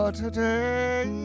today